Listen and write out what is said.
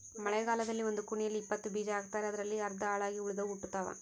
ಮಳೆಗಾಲದಲ್ಲಿ ಒಂದು ಕುಣಿಯಲ್ಲಿ ಇಪ್ಪತ್ತು ಬೀಜ ಹಾಕ್ತಾರೆ ಅದರಲ್ಲಿ ಅರ್ಧ ಹಾಳಾಗಿ ಉಳಿದವು ಹುಟ್ಟುತಾವ